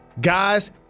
guys